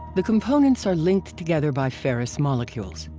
the components are linked together by ferrous molecules.